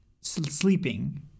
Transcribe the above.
sleeping